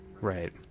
Right